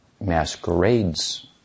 masquerades